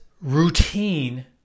routine